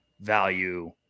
value